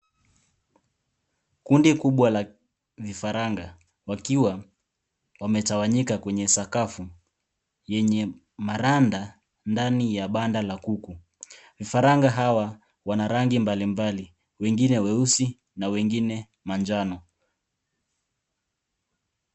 Kundi kubwa la vifaranga wakiwa wametawanyika kwenye sakafu yenye maranda ndani ya banda la kuku vifaranga hawa wanarangi mbalimbali wengine weusi na wengine manjano.